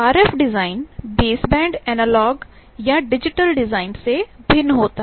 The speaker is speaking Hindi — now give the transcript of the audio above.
आरएफ डिज़ाइन बेसबैंड एनालॉग या डिजिटल डिज़ाइन से भिन्न होता है